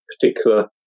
particular